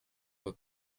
were